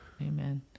Amen